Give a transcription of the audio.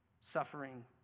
suffering